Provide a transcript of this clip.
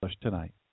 tonight